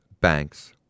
banks